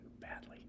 Badly